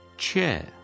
Chair